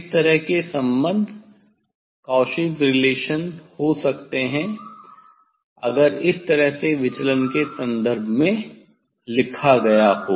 इस तरह के संबंध काउची संबंध Cauchy's relation हो सकते हैं अगर इस तरह से विचलन के संदर्भ में लिखा गया हो